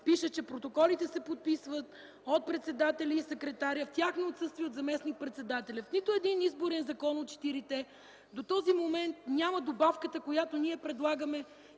пише, че протоколите се подписват от председателя и секретаря, а в тяхно отсъствие – от заместник-председателя. В нито един изборен закон от четирите до този момент няма добавката, която ние предлагаме,